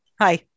Hi